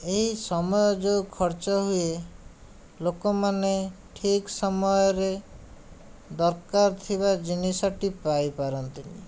ଏହି ଆମେ ଯେଉଁ ଖର୍ଚ୍ଚ ହୁଏ ଲୋକମାନେ ଠିକ୍ ସମୟରେ ଦରକାର ଥିବା ଜିନିଷଟି ପାଇପାରନ୍ତିନି